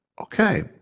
Okay